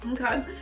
Okay